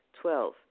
Twelve